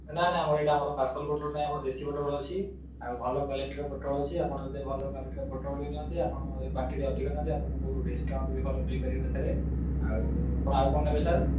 ନା ନା ଆମର ଏଇଟା ଆମର ପାର୍ସଲ୍ ପୋଟଳ ନାଇଁ ଆମର ଦେଶୀ ପୋଟଳ ଅଛି ଆଉ ଭଲ କ୍ୱାଲିଟିର ପୋଟଳ ଅଛି ଆପଣ ଯଦି ଭଲ କ୍ୱାଲିଟିର ପୋଟଳ ବି ନିଅନ୍ତି ଆପଣ କ୍ଵଣ୍ଟିଟି ଅଧିକ ନିଅନ୍ତି ଆପଣଙ୍କୁ ଡିସକାଉଣ୍ଟ୍ ବି ଭଲ ମିଳିପାରିବ ଏଥିରେ ଆଉ ଆପଣ କ'ଣ ନେବେ ସାର୍